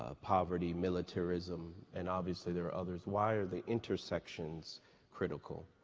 ah poverty, militarism, and obviously there are others. why are the intersections critical?